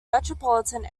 metropolitan